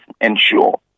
ensure